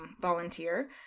volunteer